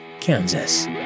Kansas